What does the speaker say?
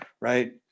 right